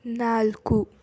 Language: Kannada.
ನಾಲ್ಕು